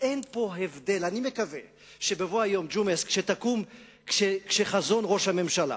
אני מקווה שבבוא היום, ג'ומס, כשחזון ראש הממשלה